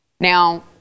Now